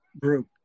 group